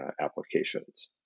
applications